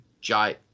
Jai